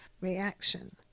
reaction